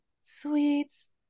sweets